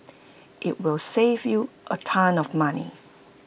IT will save you A ton of money